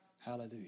Hallelujah